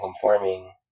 conforming